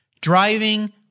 driving